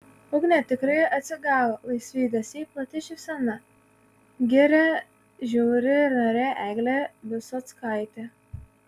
ugnė tikrai atsigavo laisvi judesiai plati šypsena giria žiuri narė eglė visockaitė